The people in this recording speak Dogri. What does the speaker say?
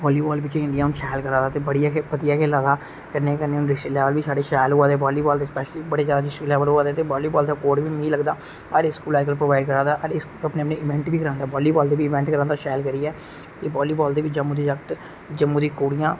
बाॅलीबाल बी खेलना आंऊ सैल ते बधिया खेला दा कन्नै कन्नै उंदे सैल होआ दे बालीबाल दे स्पैशली बाॅलीबाल दी स्पोर्टस बी मिलदा अजकल हर स्कूल प्रोवाइड करा दा अपने अपने इवेंट बी करांदा बाॅलीबाल दे इवैंट बी करांदा शैल करियै ते बाॅलीबाल च बी जम्मू दे जागत जम्मू दी कुड़ियां